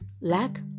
lack